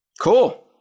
Cool